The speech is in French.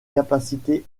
capacités